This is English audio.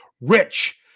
rich